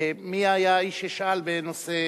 מי היה האיש ששאל בנושא